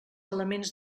elements